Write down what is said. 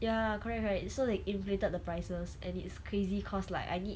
ya correct correct so they inflated the prices and it's crazy cause like I need